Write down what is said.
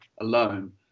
alone